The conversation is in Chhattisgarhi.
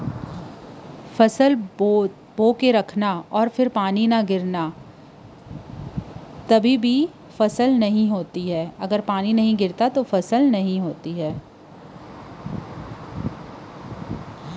फसल बोए रहिबे अउ पानी नइ गिरिय तभो फसल नइ होवय